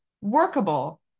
workable